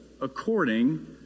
according